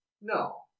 No